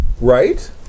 Right